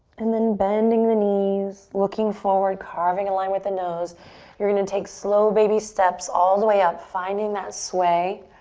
and then bending the knees, looking forward, carving a line with a nose you're going to and take slow baby steps all the way up, finding that sway.